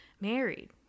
Married